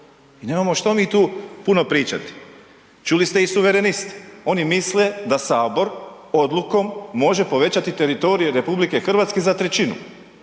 Nemamo što mi tu puno pričati. Čuli ste i suvereniste. Oni misle da Sabor odlukom može povećati teritorij RH za trećinu.